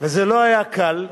וזה לא היה קל,